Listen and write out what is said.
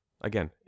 again